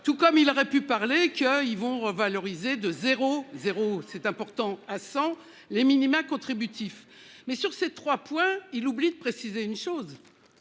Tout comme il aurait pu parler que ils vont revalorisé de 0, 0 c'est important à 100 les minima contributif mais sur ces 3 points. Il oublie de préciser une chose.